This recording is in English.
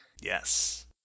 Yes